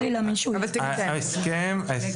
יש